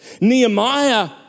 Nehemiah